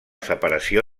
separació